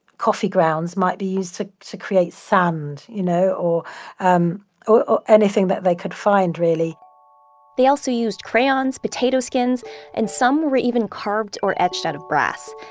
coffee grounds might be used to to create sand you know or um or anything that they could find really they also used crayons, potato skins and some were even carved or etched out of brass.